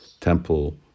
temple